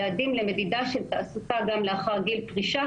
יעדים למדידה של תעסוקה גם לאחר גיל פרישה,